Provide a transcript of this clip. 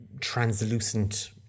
translucent